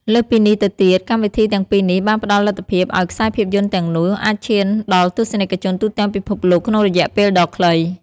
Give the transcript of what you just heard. លើសពីនេះទៅទៀត កម្មវិធីទាំងពីរនេះបានផ្តល់លទ្ធភាពឱ្យខ្សែភាពយន្តទាំងនោះ អាចឈានដល់ទស្សនិកជនទូទាំងពិភពលោក ក្នុងរយៈពេលដ៏ខ្លី។